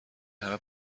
همه